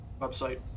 website